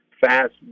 fast